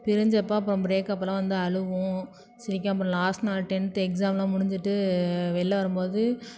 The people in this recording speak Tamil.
பிரிஞ்சப்போ அப்புறம் ப்ரேக்கப்போலாம் வந்து அழுவோம் சிரிக்க அப்புறம் லாஸ்ட் நாள் டென்த் எக்ஸாம்லாம் முடிஞ்சிட்டு வெள்யில வரும்போது